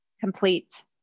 complete